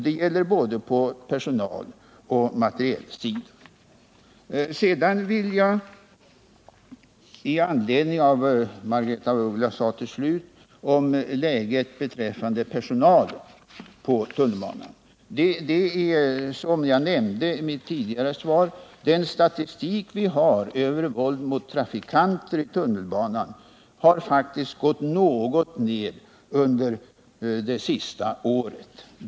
Detta gäller för både personaloch materialsidan. I anslutning till vad Margaretha af Ugglas sade i slutet av sitt inlägg om situationen för personalen på tunnelbanan vill jag nämna att statistiken över våld mot trafikanter i tunnelbanan faktiskt redovisar en liten nedgång under det senaste året.